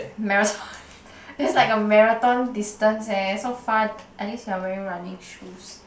marathon it's like a marathon distance eh so far at least you are wearing running shoes